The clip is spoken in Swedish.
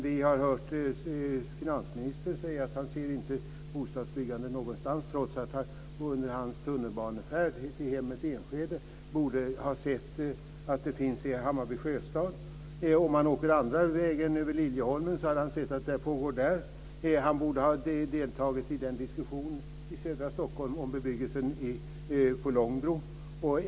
Vi har hört finansministern säga att han inte ser något bostadsbyggande någonstans, trots att han under sin tunnelbanefärd till hemmet i Enskede borde ha sett att det byggs i Hammarbys sjöstad. Om han åker andra vägen över Liljeholmen borde han se att det pågår bostadsbyggande där. Han borde ha deltagit i diskussionen i södra Stockholm om bebyggelsen på Långbro.